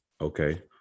okay